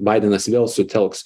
baidenas vėl sutelks